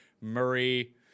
Murray